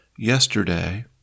Yesterday